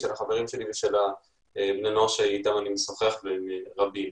של החברים שלי ושל בני הנוער שאתם אני משוחח והם רבים.